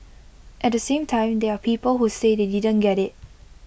at the same time there are people who say they didn't get IT